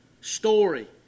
story